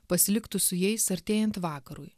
pasiliktų su jais artėjant vakarui